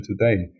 today